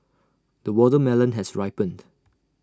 the watermelon has ripened